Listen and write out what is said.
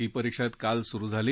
ही परिषद काल सुरु झाली